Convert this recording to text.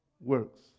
works